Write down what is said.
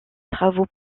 travaux